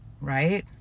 right